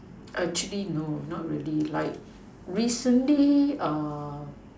actually no not really like recently